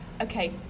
okay